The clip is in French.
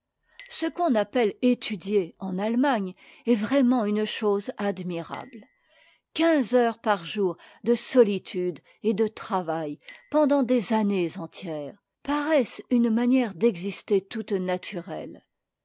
ce qu'on appelle étudier en allemagne est vraiment une chose admirab e quinze heures par jour de solitude et de travail pendant des années entières paraissent une manière d'exister toute naturelle